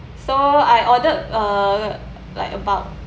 so I ordered uh like about